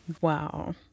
Wow